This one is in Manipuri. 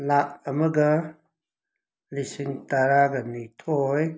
ꯂꯥꯛ ꯑꯃꯒ ꯂꯤꯁꯤꯡ ꯇꯔꯥꯒꯅꯤꯊꯣꯏ